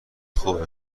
خوبه